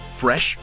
fresh